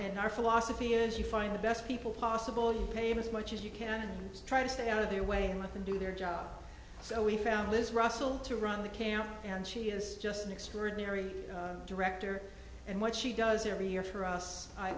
and our philosophy is to find the best people possible pay as much as you can try to stay out of their way and let them do their job so we found this russell to run the camp and she is just an extraordinary director and what she does every year for us i